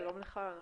אנחנו